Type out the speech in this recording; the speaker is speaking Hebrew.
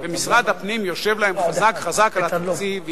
ומשרד הפנים יושב להם חזק על התקציב,